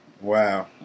Wow